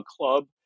club